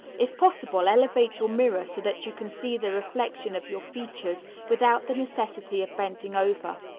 if possible, elevate your mirror so that you can see the reflection of your features without the necessity of bending over.